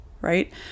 right